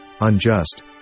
unjust